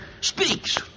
speaks